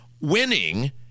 winning